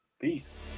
Peace